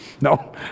No